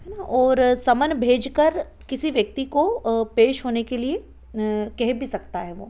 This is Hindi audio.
है ना ओर समन भेज कर किसी व्यक्ति को पेश होने के लिए कह भी सकता है वो